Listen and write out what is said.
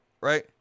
right